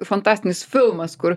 fantastinis filmas kur